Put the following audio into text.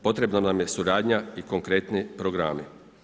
Potrebna nam je suradnja i konkretni programi.